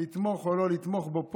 לתמוך או לא לתמוך בו פה,